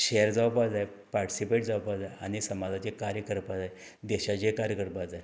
share जावपा जाय participate जावपा जाय आनी समाजाचें कार्य करपा जाय देशाचें कार्य करपा जाय